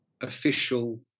official